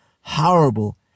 horrible